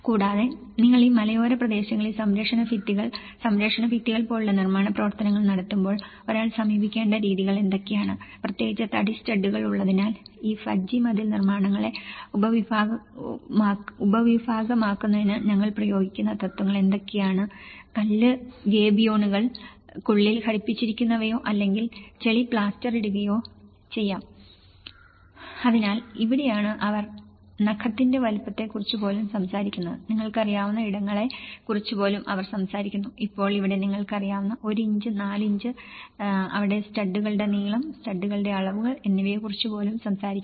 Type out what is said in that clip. കൂടാതെ നിങ്ങൾ ഈ മലയോര പ്രദേശങ്ങളിൽ സംരക്ഷണ ഭിത്തികൾ സംരക്ഷണ ഭിത്തികൾ പോലെയുള്ള നിർമാണപ്രവർത്തനങ്ങൾ നടത്തുമ്പോൾ ഒരാൾ സമീപിക്കേണ്ട രീതികൾ എന്തൊക്കെയാണ് പ്രത്യേകിച്ച് തടി സ്റ്റഡുകൾ ഉള്ളതിനാൽ ഈ ദജ്ജി മതിൽ നിർമ്മാണങ്ങളെ ഉപവിഭാഗമാക്കുന്നതിന് ഞങ്ങൾ പ്രയോഗിക്കുന്ന തത്വങ്ങൾ എന്തൊക്കെയാണ് കല്ല് ഗേബിയോണുകൾ ക്കുള്ളിൽ ഘടിപ്പിച്ചിരിക്കുന്നവയോ അല്ലെങ്കിൽ ചെളിപ്ലാസ്റ്ററിടുകയോ ചെയ്യാം അതിനാൽ ഇവിടെയാണ് അവർ നഖത്തിന്റെ വലുപ്പത്തെക്കുറിച്ച് പോലും സംസാരിക്കുന്നത് നിങ്ങൾക്കറിയാവുന്ന ഇടങ്ങളെ കുറിച്ച് പോലും അവർ സംസാരിക്കുന്നു ഇപ്പോൾ ഇവിടെ നിങ്ങൾക്ക് അറിയാവുന്ന 1 ഇഞ്ച് 4 ഇഞ്ച് അവിടെ സ്റ്റഡുകളുടെ നീളം സ്റ്റഡുകളുടെ അളവുകൾ എന്നിവയെക്കുറിച്ച് പോലും സംസാരിക്കുന്നു